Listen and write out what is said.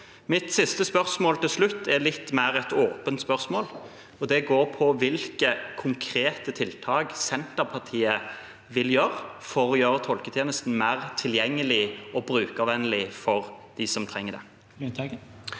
Mitt siste spørsmål er litt mer åpent, og det gjelder hvilke konkrete tiltak Senterpartiet vil ha for å gjøre tolketjenesten mer tilgjengelig og brukervennlig for dem som trenger den.